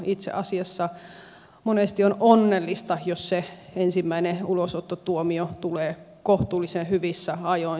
itse asiassa monesti on onnellista jos se ensimmäinen ulosottotuomio tulee kohtuullisen hyvissä ajoin